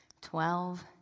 Twelve